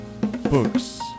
books